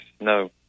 no